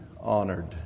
honored